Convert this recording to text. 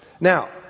Now